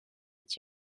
het